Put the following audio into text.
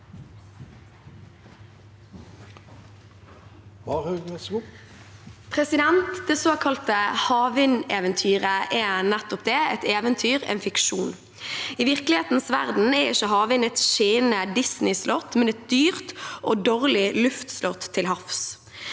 Det såkalte havvin- deventyret er nettopp det – et eventyr, en fiksjon. I virkelighetens verden er ikke havvind et skinnende Disney-slott, men et dyrt og dårlig luftslott til havs.